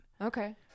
Okay